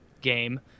game